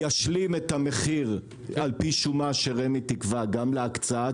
ישלים את המחיר על פי שומה שרמ"י תקבע גם להקצאה,